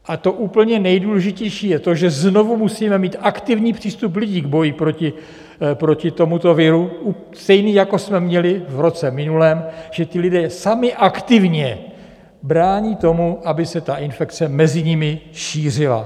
A to úplně nejdůležitější je to, že znovu musíme mít aktivní přístup lidí k boji proti tomuto viru, stejný jako jsme měli v roce minulém, že ti lidé sami aktivně brání tomu, aby se ta infekce mezi nimi šířila.